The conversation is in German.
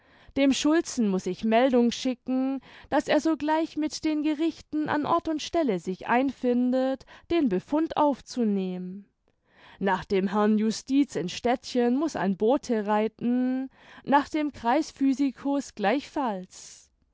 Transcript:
dem schulzen muß ich meldung schicken daß er sogleich mit den gerichten an ort und stelle sich einfindet den befund aufzunehmen nach dem herrn justiz in's städtchen muß ein bote reiten nach dem kreisphysicus gleichfalls